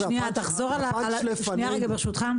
הפאנץ' לפנינו --- ברשותך,